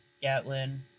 Gatlin